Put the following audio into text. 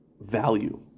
value